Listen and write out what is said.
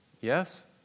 yes